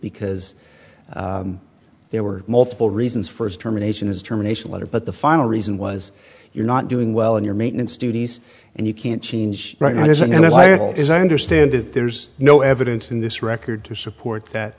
because there were multiple reasons for his terminations determination letter but the final reason was you're not doing well in your maintenance duties and you can't change right now there's an entire as i understand it there's no evidence in this record to support that